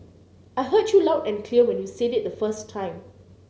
I heard you loud and clear when you said it the first time